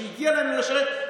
שהגיע להם לא לשרת,